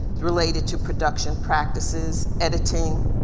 related to production practices, editing,